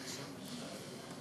תודה רבה